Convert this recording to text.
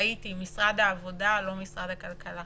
בגלל הבעיות שלהם, ומצד שני,